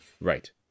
Right